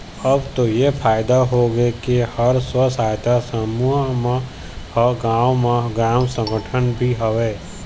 अब तो ऐ फायदा होगे के हर स्व सहायता समूह म हर गाँव म ग्राम संगठन भी हवय